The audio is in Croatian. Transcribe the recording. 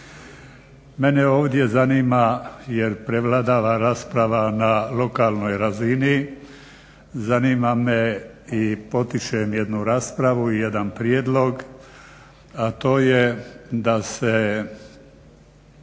Mene ovdje zanima jer prevladava rasprava na lokalnoj razini, zanima me i potičem jednu raspravu i jedan prijedlog, a to je da se